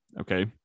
Okay